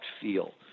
feel